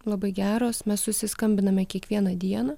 labai geros mes susiskambiname kiekvieną dieną